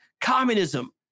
communism